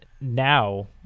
now